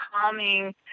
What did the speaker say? calming